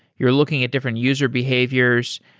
you're looking at different user behaviors.